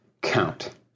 count